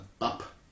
up